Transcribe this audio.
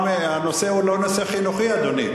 אענה, כן, הנושא הוא לא נושא חינוכי, אדוני.